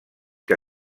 que